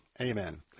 Amen